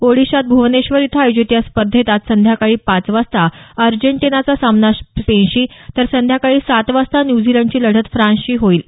ओदिशात भुवनेश्वर इथं आयोजित या स्पर्धेत आज संध्याकाळी पाच वाजता अर्जेटिंनाचा सामना स्पेनशी तर संध्याकाळी सात वाजता न्यूझीलंडची लढत फ्रान्सशी होईल